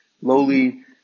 lowly